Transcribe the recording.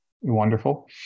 Wonderful